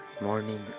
morning